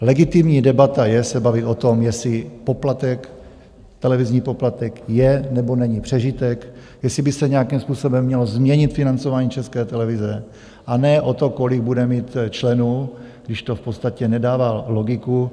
Legitimní debata je se bavit o tom, jestli televizní poplatek je, nebo není přežitek, jestli by se nějakým způsobem mělo změnit financování České televize, a ne o tom, kolik bude mít členů, když to v podstatě nedává logiku.